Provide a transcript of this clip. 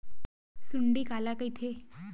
सुंडी काला कइथे?